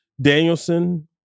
Danielson